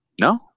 No